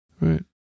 right